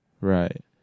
Right